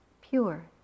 pure